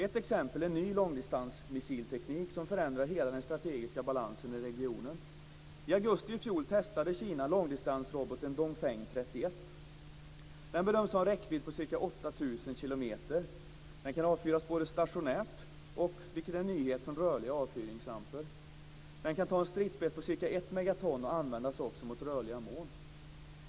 Ett exempel är ny långdistansmissilteknik som förändrar hela den strategiska balansen i regionen. 8 000 km. Den kan avfyras både stationärt och - vilket är en nyhet - från rörliga avfyrningsramper. Den kan ta en stridsspets på ca 1 megaton och användas mot rörliga mål.